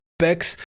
specs